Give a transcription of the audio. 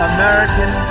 American